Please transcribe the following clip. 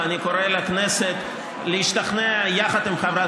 ואני קורא לכנסת להשתכנע יחד עם חברת